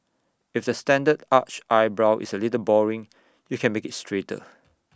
if the standard arched eyebrow is A little boring you can make IT straighter